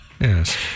Yes